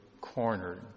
cornered